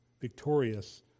victorious